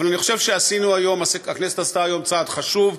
אבל אני חושב שהכנסת עשתה היום צעד חשוב,